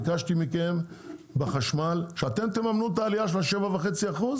ביקשתי מכם שאתם תממנו את העלייה של ה-7.5%,